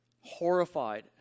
horrified